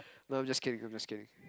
no I'm just kidding I'm just kidding